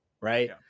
right